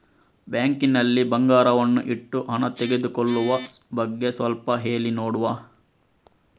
Bank ನಲ್ಲಿ ಬಂಗಾರವನ್ನು ಇಟ್ಟು ಹಣ ತೆಗೆದುಕೊಳ್ಳುವ ಬಗ್ಗೆ ಸ್ವಲ್ಪ ಹೇಳಿ ನೋಡುವ?